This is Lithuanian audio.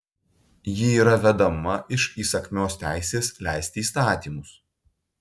ji yra vedama iš įsakmios teisės leisti įstatymus